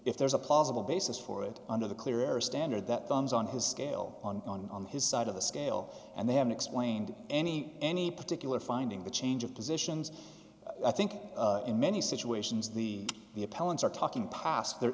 if there's a plausible basis for it under the clear air standard that dumbs on his scale on on on his side of the scale and they haven't explained any any particular finding the change of positions i think in many situations the the appellants are talking past the